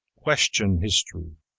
question history,